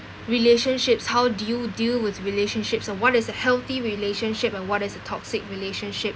relationships how do you deal with relationships and what is a healthy relationship and what is a toxic relationship